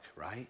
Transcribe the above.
right